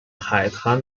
海滩